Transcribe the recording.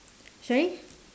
sorry